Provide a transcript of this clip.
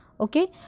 Okay